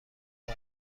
خوش